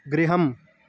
गृहम्